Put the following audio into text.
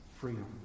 freedom